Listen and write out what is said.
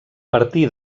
partir